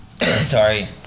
Sorry